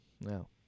No